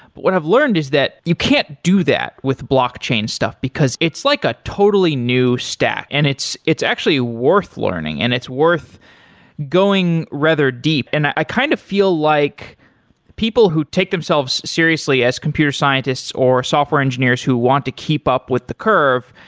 what i've learned is that you can't do that with blockchain stuff, because it's like a totally new stack and it's it's actually worth learning and it's worth going rather deep. and i kind of feel like people who take themselves seriously as computer scientists or software engineers who want to keep up with the curve,